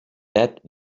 dead